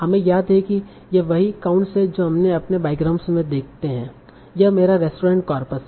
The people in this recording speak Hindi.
हमें याद है कि यह वही काउंट्स है जो हम अपने बाईग्राम में देखते हैं यह मेरा रेस्टोरेंट कॉर्पस है